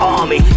Army